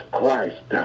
Christ